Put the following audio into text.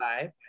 five